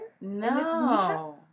no